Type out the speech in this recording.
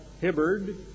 Hibbard